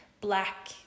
black